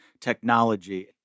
technology